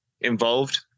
involved